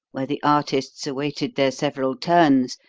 where the artists awaited their several turns,